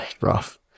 rough